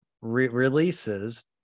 releases